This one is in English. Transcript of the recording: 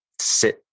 sit